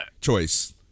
choice